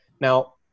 Now